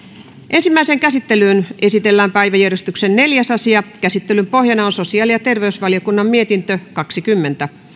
ensimmäiseen käsittelyyn esitellään päiväjärjestyksen neljäs asia käsittelyn pohjana on sosiaali ja terveysvaliokunnan mietintö kaksikymmentä